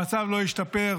המצב לא ישתפר,